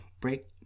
break